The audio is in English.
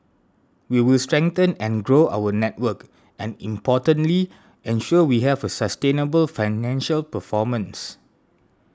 we will strengthen and grow our network and importantly ensure we have a sustainable financial performance